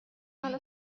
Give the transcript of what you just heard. على